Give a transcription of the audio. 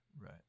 Right